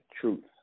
truth